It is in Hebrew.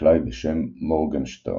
חקלאי בשם "מורגנשטרן".